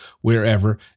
wherever